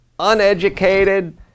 uneducated